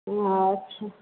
अच्छा